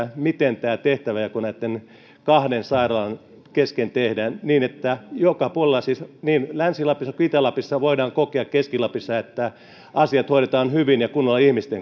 miten tämä tehtävänjako näitten kahden sairaalan kesken tehdään niin että joka puolella siis niin länsi lapissa kuin itä lapissa keski lapissa voidaan kokea että asiat hoidetaan hyvin ja kunnolla ihmisten